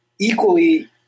equally